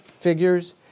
figures